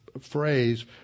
phrase